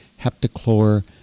heptachlor